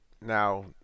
now